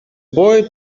boy